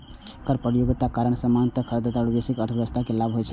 कर प्रतियोगिताक कारण सामान्यतः करदाता आ वैश्विक अर्थव्यवस्था कें लाभ होइ छै